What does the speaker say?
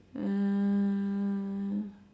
uh